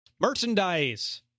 Merchandise